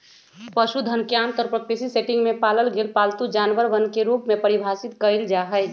पशुधन के आमतौर पर कृषि सेटिंग में पालल गेल पालतू जानवरवन के रूप में परिभाषित कइल जाहई